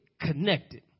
connected